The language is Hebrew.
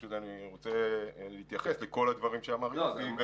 פשוט רוצה להתייחס לכל הדברים שאמר יוסי.